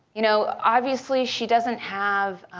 you know obviously, she doesn't have